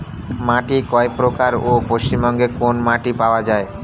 মাটি কয় প্রকার ও পশ্চিমবঙ্গ কোন মাটি পাওয়া য়ায়?